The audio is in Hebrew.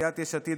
סיעת יש עתיד,